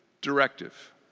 directive